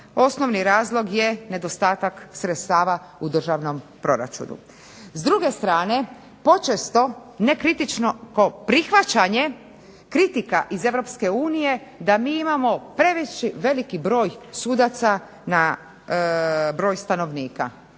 Osnovni razlog je nedostatak sredstava u državnom proračunu. S druge strane počesto nekritično kao prihvaćanje kritika iz Europske unije da mi imamo previše veliki broj sudaca na broj stanovnika.